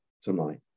tonight